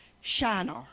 Shinar